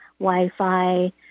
Wi-Fi